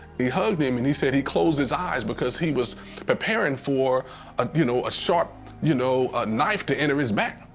he hugged him, and he said he closed his eyes because he was preparing for a you know ah sharp you know ah knife to enter his back.